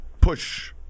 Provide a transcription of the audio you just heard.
push